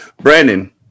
Brandon